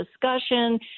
discussion